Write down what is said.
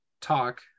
talk